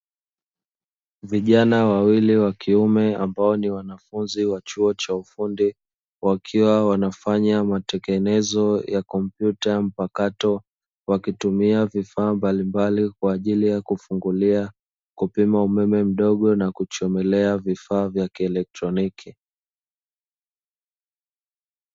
Vijana wawili wa kiume ambao ni wanafunzi wa chuo cha ufundi wakiwa wanafanya matengenezo ya kompyuta mpakato, wakitumia vifaa mbalimbali kwa ajili ya kufungulia, kupima umeme mdogo na kuchomelea vifaa vya kielektroniki.